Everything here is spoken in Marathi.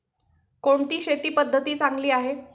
कोणती शेती पद्धती चांगली आहे?